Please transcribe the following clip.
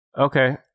Okay